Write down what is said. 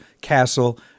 Castle